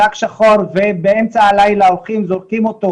שק שחור ובאמצע הלילה הולכים וזורקים אותו